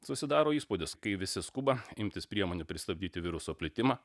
susidaro įspūdis kai visi skuba imtis priemonių pristabdyti viruso plitimą